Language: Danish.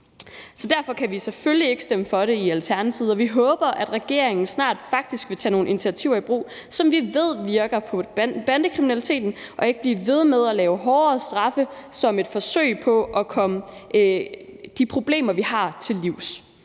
Så derfor kan vi selvfølgelig ikke stemme for det i Alternativet. Vi håber, at regeringen faktisk snart vil tage nogle initiativer, som vi ved virker på bandekriminaliteten, og ikke blive ved med at lave hårdere straffe som et forsøg på at komme de problemer, vi har, til livs.